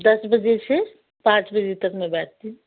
दस बजे से पाँच बजे तक मैं बैठती हूँ